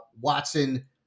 Watson